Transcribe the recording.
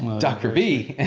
dr. v.